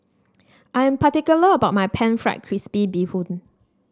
I am particular about my pan fried crispy Bee Hoon